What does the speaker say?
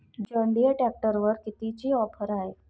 John Deere ट्रॅक्टरवर कितीची offer हाये?